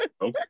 Okay